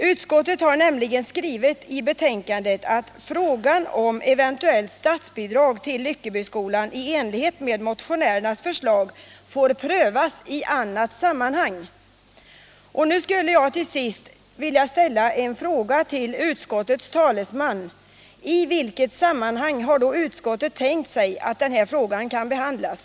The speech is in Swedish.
Utskottet har nämligen skrivit i betänkandet att frågan om eventueilt statsbidrag till Lyckeboskolan i enlighet med - motionärernas förslag får prövas i annat sammanhang. Nu skulle jag till sist vilja ställa en fråga till utskottets talesman: I vilket sammanhang har då utskottet tänkt sig att denna fråga kan behandlas?